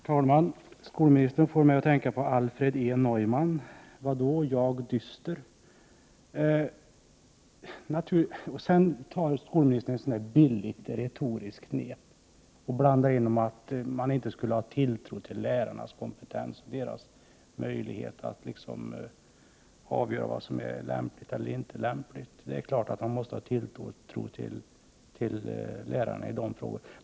Herr talman! Skolministern får mig att tänka på Alfred E Neumann: Vad då, jag dyster? Sedan tar skolministern ett billigt och retoriskt knep och säger att vi inte skulle ha tilltro till lärarnas kompetens och deras möjligheter att avgöra vad som är lämpligt eller inte lämpligt. Det är klart att vi måste ha tilltro till lärarna i den här frågan.